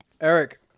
Eric